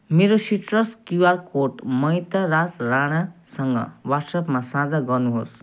मेरो citrus QR code Maitraj राणासँग व्हाट्सेपमा साझा गर्नुहोस्